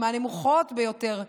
מהנמוכות ביותר בעולם.